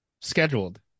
scheduled